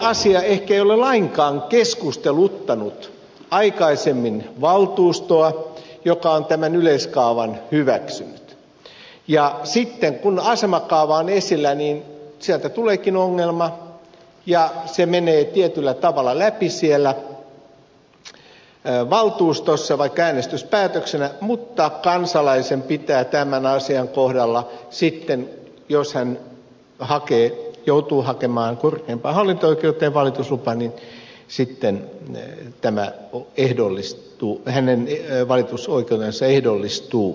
asia ehkä ei ole lainkaan keskusteluttanut aikaisemmin valtuustoa joka on tämän yleiskaavan hyväksynyt ja sitten kun asemakaava on esillä niin sieltä tuleekin ongelma ja se menee tietyllä tavalla läpi siellä valtuustossa vaikka äänestyspäätöksenä mutta kansalaisen kohdalla sitten jos hän joutuu hakemaan korkeimpaan hallinto oikeuteen valituslupaa hänen valitusoikeutensa ehdollistuu